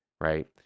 right